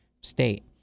state